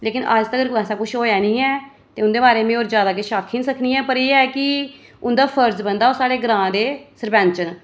लेकिन अज्ज तक्कर किश ऐसा होआ निं ऐ ते उं'दे बारै में होर जैदा किश आक्खी निं सकनी ऐ पर एह् ऐ कि उं'दा फर्ज बनदा ऐ ओह् साढ़े ग्रां दे सरपैंच न